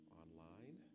online